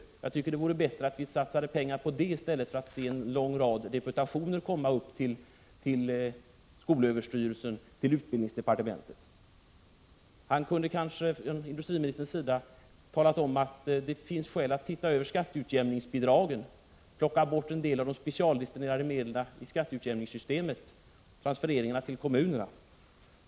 Jag tycker att det vore bättre att satsa pengar på detta i stället för att få se en lång rad deputationer komma upp till skolöverstyrelsen och utbildningsdepartementet. Industriministern kunde också ha sagt att det finns skäl att titta över skatteutjämningsbidragen, plocka bort en del av de specialdestinerade medlen i skatteutjämningssystemet, transfereringarna till kommunerna.